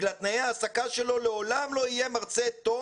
בגלל תנאי ההעסקה שלו לעולם לא יהיה מרצה טוב